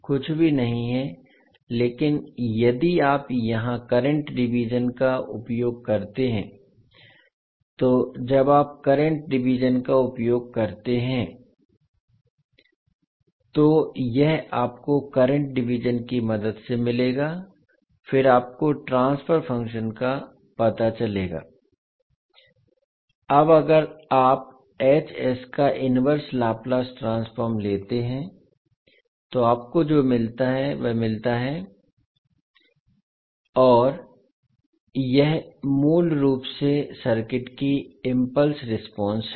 कुछ भी नहीं है लेकिन यदि आप यहां करंट डिवीजन का उपयोग करते हैं तो जब आप करंट डिवीजन का उपयोग करते हैं तो यह आपको करंट डिवीजन की मदद से मिलेगा फिर आपको ट्रांसफर फंक्शन का पता चलेगा अब अगर आप का इनवर्स लाप्लास ट्रांसफॉर्म लेते हैं तो आपको जो मिलता है वह मिलता है और यह मूल रूप से सर्किट की इम्पल्स रेस्पोंस है